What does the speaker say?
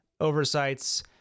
oversights